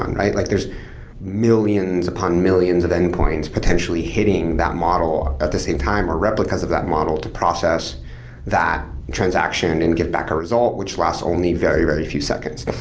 and right? like there's millions upon millions of endpoints potentially hitting that model at the same time, or replicas of that model to process that transaction and get back a result, which lasts only very, very few seconds.